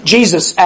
Jesus